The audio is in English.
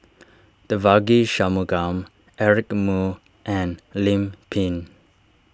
Devagi Sanmugam Eric Moo and Lim Pin